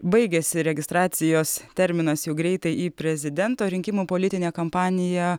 baigiasi registracijos terminas jau greitai į prezidento rinkimų politinę kampaniją